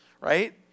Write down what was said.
right